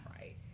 right